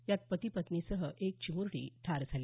यात पती पत्नीसह एक चिमुकली ठार झाली